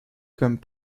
comme